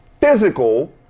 Physical